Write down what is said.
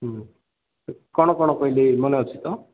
ହୁଁ କ'ଣ କ'ଣ କହିଲି ମନେ ଅଛି ତ